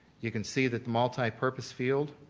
you can see that the multipurpose field,